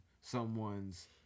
someone's